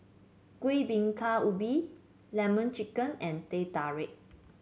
Kueh Bingka Ubi lemon chicken and Teh Tarik